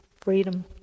freedom